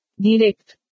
Direct